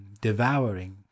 devouring